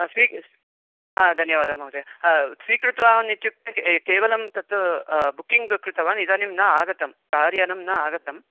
स्वी धन्यवादः महोदय स्वीकृतवान् इत्युक्ते केवलं तत् बुकिङ्ग् कृतवान् इदानीं न आगतं कार् यनंं न आगतम्